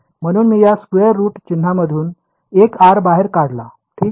म्हणून मी या स्क्वेअर रूट चिन्हामधून एक R बाहेर काढला ठीक आहे